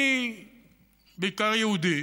אני בעיקר יהודי